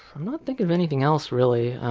i'm not thinking of anything else, really.